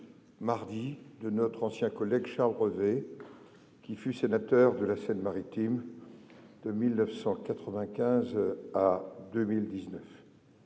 mardi, de notre ancien collègue Charles Revet, qui fut sénateur de la Seine-Maritime de 1995 à 2019.